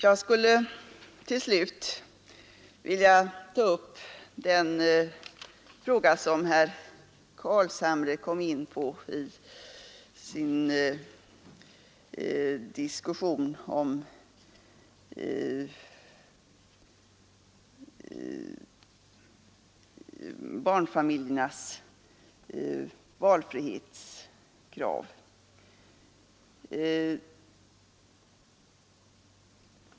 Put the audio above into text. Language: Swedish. Jag skall till sist ta upp den fråga som herr Carlshamre kom in på i sitt inlägg, nämligen barnfamiljernas valfrihetskrav.